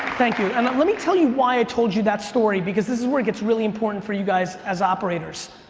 thank you. and let me tell you why i told you that story because this is where it gets really important for you guys as operators.